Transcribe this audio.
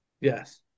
Yes